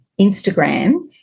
Instagram